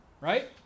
Right